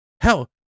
Hell